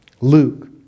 Luke